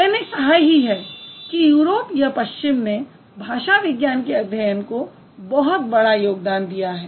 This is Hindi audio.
मैंने कहा ही है कि यूरोप या पश्चिम ने भाषा विज्ञान के अध्ययन को बहुत बड़ा योगदान दिया है